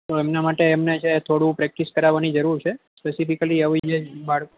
તો એમના માટે એમને જે થોડું પ્રેક્ટિસ કરવાની જરૂર છે સ્પેસિફિકલી આવી જે બાળકો